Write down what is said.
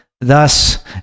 thus